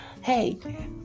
hey